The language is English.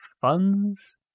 funds